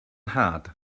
nhad